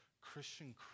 Christian